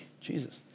Jesus